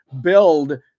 build –